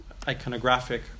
iconographic